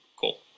cool